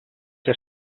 que